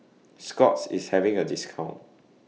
Scott's IS having A discount